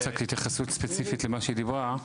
רוצה התייחסות ספציפית למה שהיא דיברה.